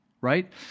right